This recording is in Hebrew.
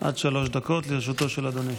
עד שלוש דקות לרשותו של אדוני.